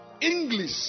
english